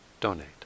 donate